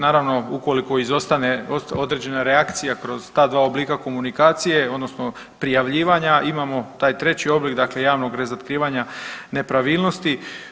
Naravno ukoliko izostane određena reakcija kroz ta dva oblika komunikacije odnosno prijavljivanja imamo taj treći oblik, dakle javnog razotkrivanja nepravilnosti.